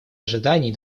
ожиданий